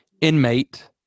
inmate